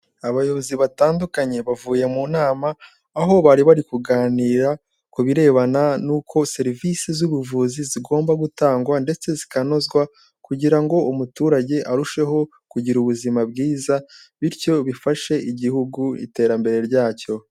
Abayobozi batandukanye bavuye mu nama, aho bari bari kuganira ku birebana nuko serivisi z'ubuvuzi zigomba gutangwa, ndetse zikanozwa, kugira ngo umuturage arusheho kugira ubuzima bwiza, bityo bifashe igihugu iterambere ryacyo.